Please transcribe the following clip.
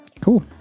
cool